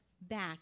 back